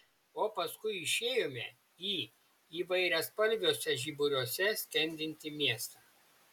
o paskui išėjome į įvairiaspalviuose žiburiuose skendintį miestą